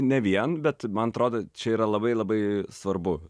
ne vien bet man atrodo čia yra labai labai svarbu